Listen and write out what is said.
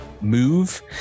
move